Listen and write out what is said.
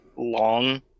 long